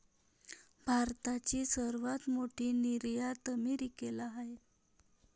भारताची सर्वात मोठी निर्यात अमेरिकेला आहे